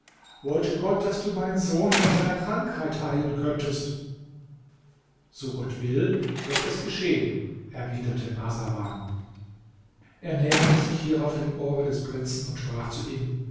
wollte gott daß du meinen sohn von seiner krankheit heilen könntest so gott will wird es geschehen erwiderte marsawan er näherte sich hierauf dem ohre des prinzen und sprach zu ihm